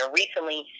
recently